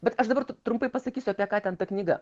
bet aš dabar tr trumpai pasakysiu apie ką ten ta knyga